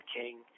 King